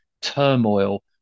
turmoil